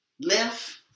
Left